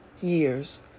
years